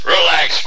Relax